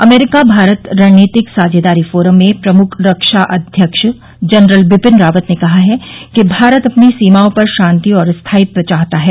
अमरीका भारत रणनीतिक साझेदारी फोरम में प्रमुख रक्षा अध्यक्ष जनरल विपिन रावत ने कहा है कि भारत अपनी सीमाओं पर शांति और स्थायित्व चाहता है